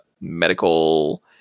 medical